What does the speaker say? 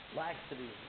laxity